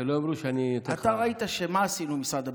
שלא יאמרו שאני ככה --- אתה ראית מה עשינו במשרד הביטחון?